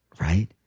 right